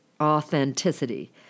authenticity